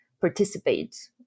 participate